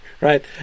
right